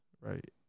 right